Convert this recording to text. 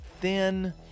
thin